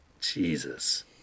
Jesus